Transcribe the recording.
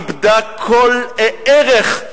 איבדה כל ערך,